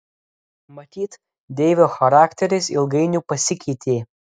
matyt deivio charakteris ilgainiui pasikeitė